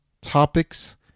topics